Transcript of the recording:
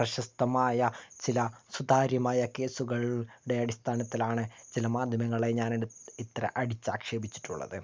പ്രശസ്തമായ ചില സുതാര്യമായ കേസുകളുടെ അടിസ്ഥാനത്തിലാണ് ചില മാധ്യമങ്ങളേ ഞാൻ എടു ഇത്ര അടിച്ചാക്ഷേപിച്ചിട്ടുള്ളത്